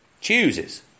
chooses